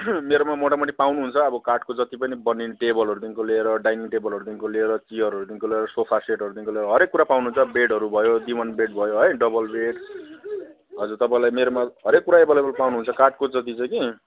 मेरोमा मोटामोटी पाउनुहुन्छ अब काठको जति पनि बनिने टेबलहरूदेखिको लिएर डाइनिङ टेबलहरूदेखिको लिएर चियरहरूदेखिको लिएर सोफासेटहरूदेखिको लिएर हरेक कुरा पाउनुहुन्छ बेडहरू भयो दिवान बेड भयो है डबल बेड हजुर तपाईँलाई मेरोमा हरेक कुरा एभेइलेबल पाउनुहुन्छ काठको जति चाहिँ कि